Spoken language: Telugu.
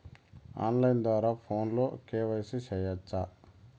ఆన్ లైను ద్వారా ఫోనులో కె.వై.సి సేయొచ్చా